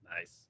Nice